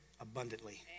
abundantly